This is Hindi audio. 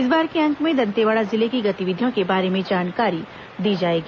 इस बार के अंक में दंतेवाड़ा जिले की गतिविधियों के बारे में जानकारी दी जाएगी